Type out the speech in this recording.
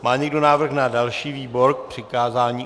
Má někdo návrh na další výbor k přikázání?